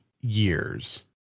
years